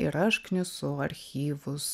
ir aš knisu archyvus